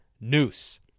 noose